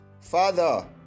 Father